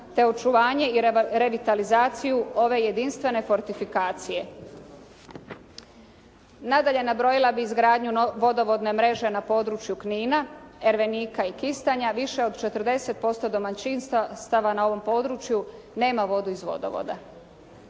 te očuvanje i revitalizaciju ove jedinstvene fortifikacije. Nadalje, nabrojila bi izgradnju vodovodne mreže na području Knina, Ervenika i Kistanja, više od 40% domaćinstava na ovom području nema vodu iz vodovoda.